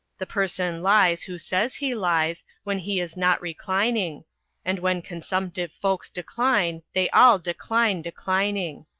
the person lies who says he lies when he is not reclining and when consumptive folks decline, they all decline declining.